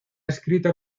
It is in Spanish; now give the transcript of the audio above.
escrita